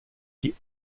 die